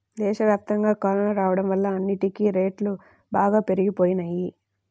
దేశవ్యాప్తంగా కరోనా రాడం వల్ల అన్నిటికీ రేట్లు బాగా పెరిగిపోయినియ్యి